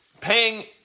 paying